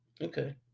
Okay